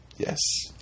Yes